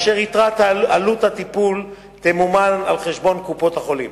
ויתרת עלות הטיפול תמומן על-חשבון קופות-החולים.